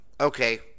okay